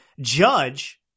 judge